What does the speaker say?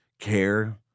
care